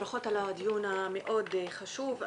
ברכות על הדיון המאוד חשוב.